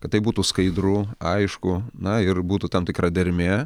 kad tai būtų skaidru aišku na ir būtų tam tikra dermė